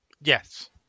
Yes